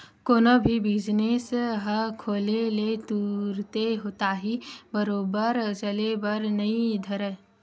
कोनो भी बिजनेस ह खोले ले तुरते ताही बरोबर चले बर नइ धरय